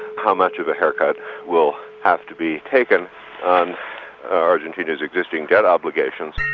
how much of a haircut will have to be taken on argentina's existing debt obligations.